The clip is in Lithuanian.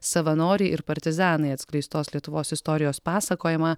savanoriai ir partizanai atskleistos lietuvos istorijos pasakojimą